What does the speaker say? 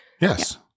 Yes